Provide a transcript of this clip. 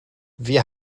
wir